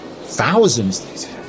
thousands